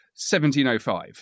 1705